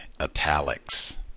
italics